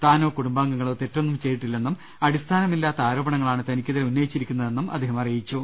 താനോറകുടുംബാംഗങ്ങളോ തെറ്റൊന്നും ചെയ്തിട്ടില്ലെന്നും അടിസ്ഥാനമില്ലാത്ത ആരോപണങ്ങളാണ് തനിക്കെതിരേ ഉന്നയിച്ചിരിക്കുന്നതെന്ന് അദ്ദേഹം അറിയിച്ചു